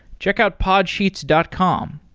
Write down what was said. check out podsheets dot com.